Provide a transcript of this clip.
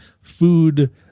food